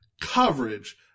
coverage